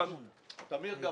יש לנו בקשה אחת.